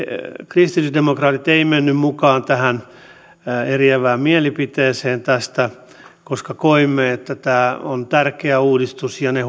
kristillisdemokraatit eivät menneet mukaan eriävään mielipiteeseen tästä koska koimme että tämä on tärkeä uudistus ja ja ne